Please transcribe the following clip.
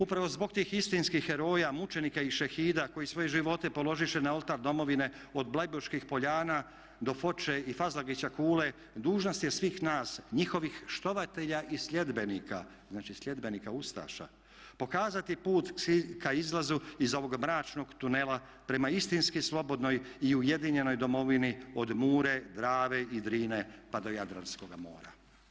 Upravo zbog tih istinskih heroja mučenika i šehida koji svoje živote položiše na oltar domovine od bleiburških poljana do Foče i Fazlagića kule dužnost je svih nas njihovih štovatelja i sljedbenika, znači sljedbenika ustaša, pokazati put ka izlazu iz ovog mračnog tunela prema istinski slobodnoj i ujedinjenoj domovini od Mure, Drave i Drine pa do Jadranskoga mora.